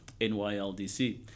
NYLDC